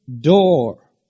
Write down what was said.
door